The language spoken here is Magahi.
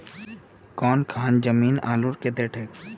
कौन खान जमीन आलूर केते ठिक?